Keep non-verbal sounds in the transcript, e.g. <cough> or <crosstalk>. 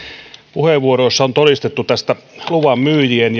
puheenvuoroissa on todistettu tästä luvanmyyjien <unintelligible>